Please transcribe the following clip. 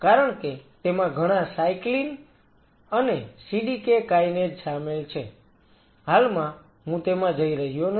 કારણ કે તેમાં ઘણા સાયક્લીન અને CDK કાયનેજ સામેલ છે હાલમાં હું તેમાં જઈ રહ્યો નથી